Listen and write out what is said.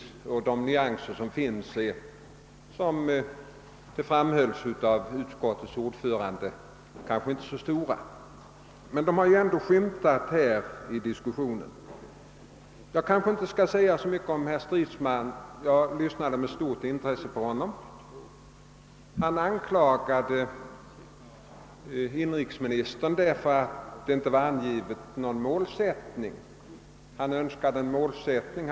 De nyanser som finns i bedömningen är — som utskottets ordförande framhöll — kanske inte så stora, även om de har skymtat i diskussionen. Jag skall inte säga så mycket om herr Stridsmans inlägg, som jag med stort intresse lyssnade på. Han anklagade inrikesministern för att ingen målsättning hade angivits, vilket han önskade.